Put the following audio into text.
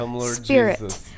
Spirit